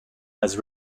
has